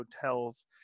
hotels